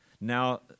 Now